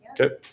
Okay